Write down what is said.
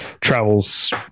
travels